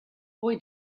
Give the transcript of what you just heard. boy